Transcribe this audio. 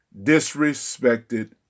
disrespected